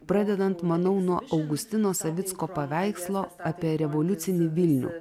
pradedant manau nuo augustino savicko paveikslo apie revoliucinį vilnių